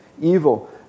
evil